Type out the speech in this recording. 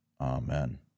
Amen